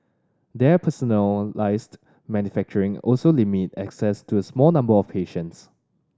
their personalised manufacturing also limit access to a small number of patients